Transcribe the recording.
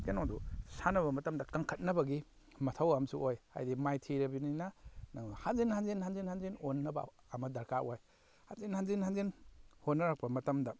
ꯀꯩꯅꯣꯗꯨ ꯁꯥꯟꯅꯕ ꯃꯇꯝꯗ ꯀꯟꯈꯠꯅꯕꯒꯤ ꯃꯊꯧ ꯑꯝꯁꯨ ꯑꯣꯏ ꯍꯥꯏꯕꯗꯤ ꯃꯥꯏꯊꯤꯔꯕꯅꯤꯅ ꯍꯟꯖꯤꯟ ꯍꯟꯖꯤꯟ ꯍꯟꯖꯤꯟ ꯍꯟꯖꯤꯟ ꯑꯣꯟꯅꯕ ꯑꯃ ꯗꯔꯀꯥꯔ ꯑꯣꯏ ꯍꯟꯖꯤꯟ ꯍꯟꯖꯤꯟ ꯍꯟꯖꯤꯟ ꯍꯣꯠꯅꯔꯛꯄ ꯃꯇꯝꯗ